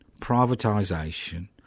privatisation